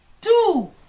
Two